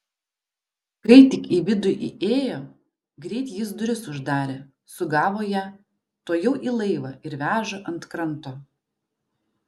kai tik į vidų įėjo greit jis duris uždarė sugavo ją tuojau į laivą ir veža ant kranto